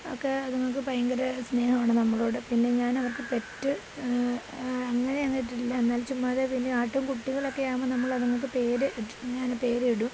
ഒക്കെ അതിങ്ങൾക്ക് ഭയങ്കര സ്നേഹമാണ് നമ്മളോട് പിന്നെ ഞാൻ അവർക്ക് പെറ്റ് അങ്ങനെ ഒന്നും ഇട്ടിട്ടില്ല എന്നാൽ ചുമ്മാതെ പിന്നെ ആട്ടിൻ കുട്ടികളൊക്കെ ആവുമ്പം നമ്മൾ അതുങ്ങൾക്ക് പേര് ഞാൻ പേരിടും